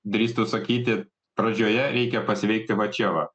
drįstu sakyti pradžioje reikia pasveikti va čia va